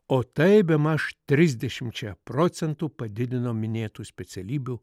o tai bemaž trisdešimtčia procentų padidino minėtų specialybių